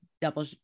double